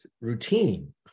routine